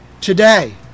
today